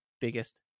biggest